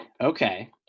Okay